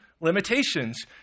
limitations